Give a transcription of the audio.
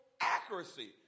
accuracy